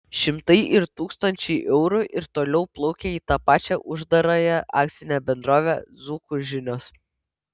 šimtai ir tūkstančiai eurų ir toliau plaukia į tą pačią uždarąją akcinę bendrovę dzūkų žinios